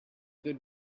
good